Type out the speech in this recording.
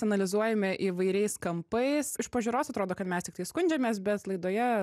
analizuojame įvairiais kampais iš pažiūros atrodo kad mes tiktai skundžiamės bet laidoje